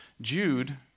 Jude